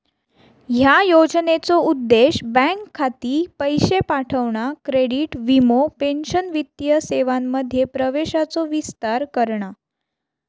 ह्या योजनेचो उद्देश बँक खाती, पैशे पाठवणा, क्रेडिट, वीमो, पेंशन वित्तीय सेवांमध्ये प्रवेशाचो विस्तार करणा